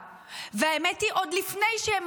לכלא, כפי שקרה במדינות אחרות.